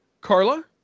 Carla